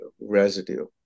residue